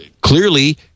clearly